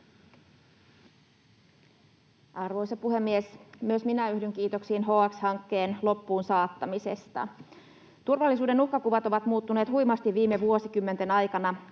Arvoisa puhemies! Myös minä yhdyn kiitoksiin HX-hankkeen loppuun saattamisesta. Turvallisuuden uhkakuvat ovat muuttuneet huimasti viime vuosikymmenten aikana.